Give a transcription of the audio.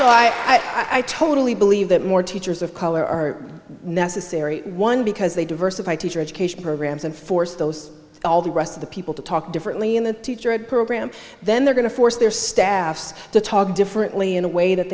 you i totally believe that more teachers of color are necessary one because they diversify teacher education programs and force those all the rest of the people to talk differently in the teacher ed programs then they're going to force their staffs to talk differently in a way that